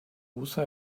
usa